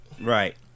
Right